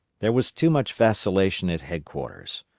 there was too much vacillation at headquarters.